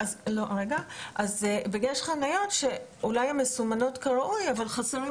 יש חניות שאולי הן מסומנות כראוי אבל חסרים